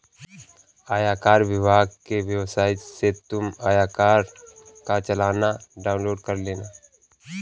आयकर विभाग की वेबसाइट से तुम आयकर का चालान डाउनलोड कर लेना